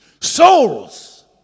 souls